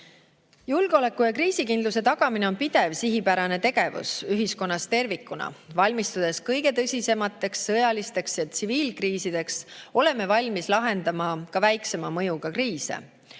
Julgeoleku ja kriisikindluse tagamine on pidev sihipärane tegevus ühiskonnas tervikuna. Valmistudes kõige tõsisemateks sõjalisteks ja tsiviilkriisideks, oleme valmis lahendama ka väiksema mõjuga kriise.